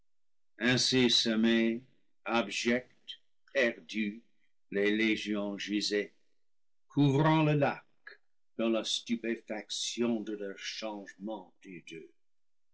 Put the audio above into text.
ainsi semées abjectes perdues les légions gisaient couvrant le lac dans la stupéfaction de leur changement